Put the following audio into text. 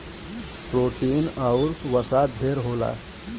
protein आउर वसा ढेर होला